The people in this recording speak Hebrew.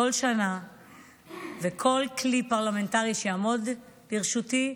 כל שנה ובכל כלי פרלמנטרי שיעמוד לרשותי,